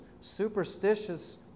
superstitious